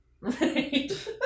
Right